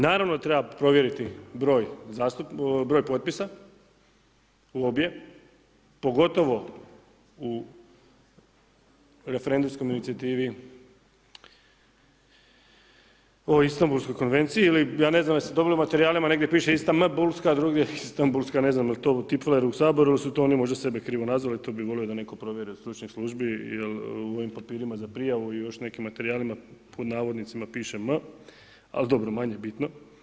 Naravno da treba provjeriti broj potpisa u obje, pogotovo u referendumskoj inicijativi o Istanbulskoj konvenciji ili ja ne znam jeste li dobili u materijalima negdje piše Istambulska, a drugdje Istanbulska, ne znam jel to tipfeler u Saboru ili su to oni sebe krivo nazvali, to bih volio da netko provjeri od Stručnih službi jer u ovim papirima za prijavu i još nekim materijalima pod navodnicima piše „m“ ali dobro manje bitno.